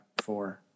four